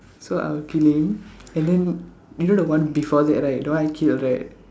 so I'll kill him and then you know the one before that right the one I killed right